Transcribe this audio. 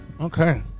Okay